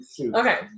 Okay